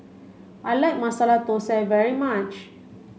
I like Masala Thosai very much